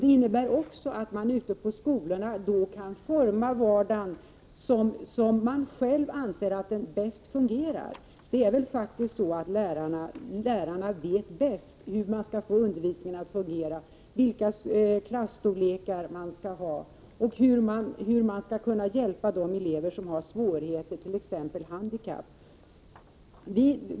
Det innebär också att man ute på skolorna kan forma vardagen som man själv anser att den bäst fungerar. Lärarna vet faktiskt bäst hur man skall få undervisningen att fungera, vilka klasstorlekar man skall ha och hur man skall kunna hjälpa de elever som har svårigheter, t.ex. handikapp.